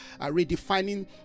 redefining